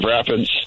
Rapids